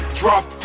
drop